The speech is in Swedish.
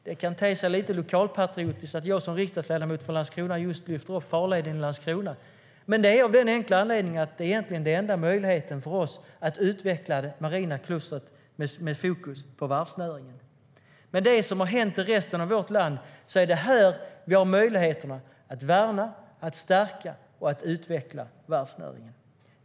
Det kan te sig lite lokalpatriotiskt att jag som riksdagsledamot från Landskrona lyfter upp just farleden till Landskrona. Men det är av den enkla anledningen att det egentligen är enda möjligheten för oss att utveckla det marina klustret med fokus på varvsnäringen. Med det som har hänt i resten av vårt land är det här vi har möjligheterna att värna, stärka och utveckla varvsnäringen.